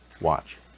Watch